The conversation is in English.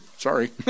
Sorry